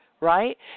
right